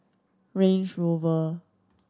Range Rover